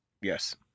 Yes